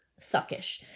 suckish